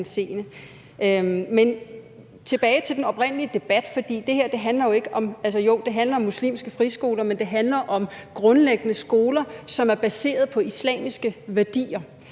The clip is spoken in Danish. Men tilbage til den oprindelige debat: Ja, det her handler om muslimske friskoler, men det handler grundlæggende om skoler, som er baseret på islamiske værdier